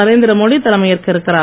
நரேந்திரமோடி தலைமையேற்க இருக்கிறார்